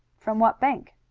from what bank?